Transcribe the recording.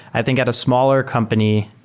i think at a smaller company,